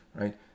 right